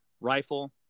rifle